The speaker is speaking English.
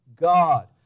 God